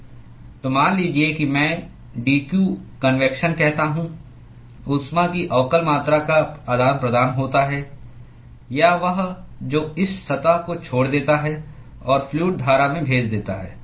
तो मान लीजिए कि मैं dq कन्वेक्शन कहता हूं ऊष्मा की अवकल मात्रा का आदान प्रदान होता है या वह जो इस सतह को छोड़ देता है और फ्लूअड धारा में भेजा जाता है